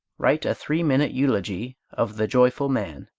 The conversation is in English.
write a three-minute eulogy of the joyful man.